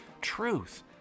Truth